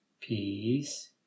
Peace